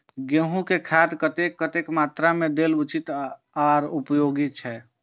गेंहू में खाद कतेक कतेक मात्रा में देल उचित आर उपयोगी छै?